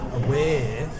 aware